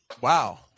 wow